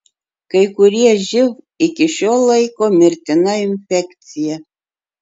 kai kurie živ iki šiol laiko mirtina infekcija